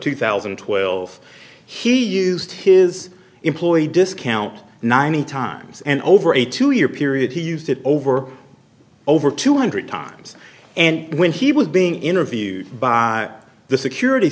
two thousand and twelve he used his employee discount nine times and over a two year period he used it over over two hundred times and when he was being interviewed by the security